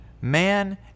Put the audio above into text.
man